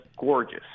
gorgeous